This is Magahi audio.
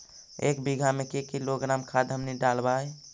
एक बीघा मे के किलोग्राम खाद हमनि डालबाय?